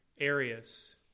areas